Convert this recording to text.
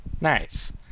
Nice